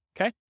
okay